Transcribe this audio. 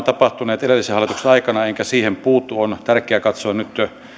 tapahtuneet edellisen hallituksen aikana enkä siihen puutu on tärkeää katsoa nyt